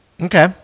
Okay